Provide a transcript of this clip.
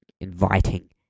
inviting